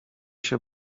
się